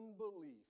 unbelief